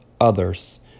others